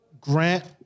Grant